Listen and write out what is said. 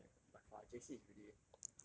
best year of my life by far J_C is really